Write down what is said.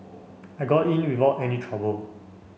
I got in without any trouble